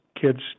kids